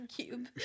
Cube